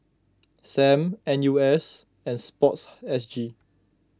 Sam N U S and Sports S G